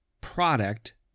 product